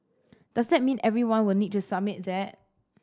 does that mean everyone would need to submit that